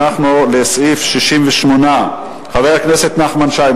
אנחנו בסעיף 68. חבר הכנסת נחמן שי,